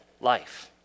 life